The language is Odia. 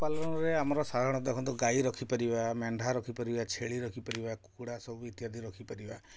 ପାଳନରେ ଆମର ସାଧାରଣତଃ ଦେଖନ୍ତୁ ଗାଈ ରଖିପାରିବା ମେଣ୍ଢା ରଖିପାରିବା ଛେଳି ରଖିପାରିବା କୁକୁଡ଼ା ସବୁ ଇତ୍ୟାଦି ରଖିପାରିବା